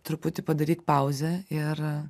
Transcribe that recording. truputį padaryt pauzę ir